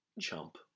chump